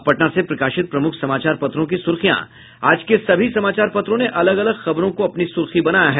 अब पटना से प्रकाशित प्रमुख समाचार पत्रों की सुर्खियां आज के सभी समाचार पत्रों ने अलग अलग खबरों को अपनी सुर्खी बनायी है